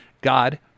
God